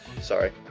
Sorry